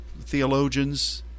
theologians